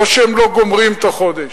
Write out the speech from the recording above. לא שהם לא גומרים את החודש,